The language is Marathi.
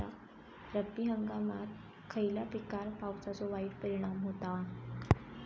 रब्बी हंगामात खयल्या पिकार पावसाचो वाईट परिणाम होता?